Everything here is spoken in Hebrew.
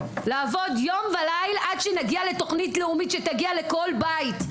לעבוד יום ולילה עד שנגיע לתוכנית לאומית שתגיע לכל בית,